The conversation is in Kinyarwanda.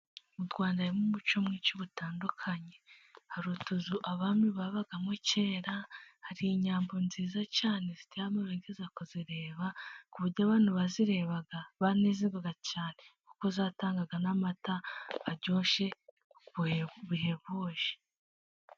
Mu Rwanda harimo umuco mwinshi utandukanye. Hari utuzu abami babagamo kera, hari inyambo nziza cyane ziteye amabengeza kuzireba, ku buryo abantu bazirebaga baranezerwaga cyane. Kuko zatangaga n'amata aryoshye bihebuje.